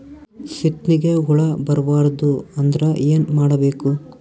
ಸೀತ್ನಿಗೆ ಹುಳ ಬರ್ಬಾರ್ದು ಅಂದ್ರ ಏನ್ ಮಾಡಬೇಕು?